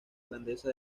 grandeza